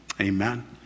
Amen